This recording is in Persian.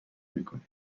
میکنید